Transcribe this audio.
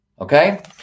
Okay